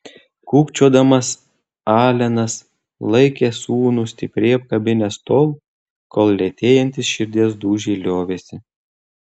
kūkčiodamas alenas laikė sūnų stipriai apkabinęs tol kol lėtėjantys širdies dūžiai liovėsi